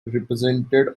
represented